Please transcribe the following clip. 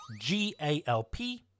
G-A-L-P